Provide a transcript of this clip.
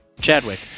Chadwick